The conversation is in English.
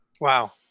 Wow